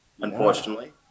unfortunately